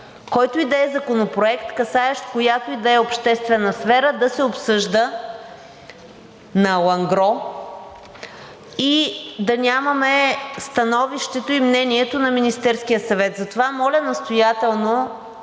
който и да е законопроект, касаещ която и да е обществена сфера, да се обсъжда на „алангро“ и да нямаме становището и мнението на Министерския съвет. Затова моля настоятелно,